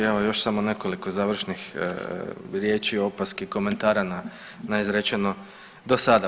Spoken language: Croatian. Evo, još samo nekoliko završnih riječi, opaski, komentara na izrečeno do sada.